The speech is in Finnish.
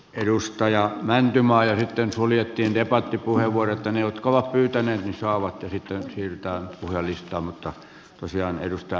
edustaja mäntymaa ja sitten suljettiin debattipuheenvuoroten jotka ovat pyytäneet saavat kehittyä syyttää murhista on erittäin tärkeätä